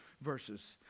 verses